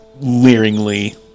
leeringly